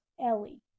Ellie